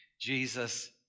Jesus